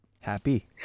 Happy